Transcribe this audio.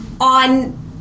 on